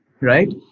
Right